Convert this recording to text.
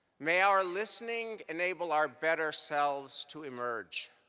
may our listening enable our better selves to emerge.